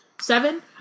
Seven